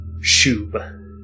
Shub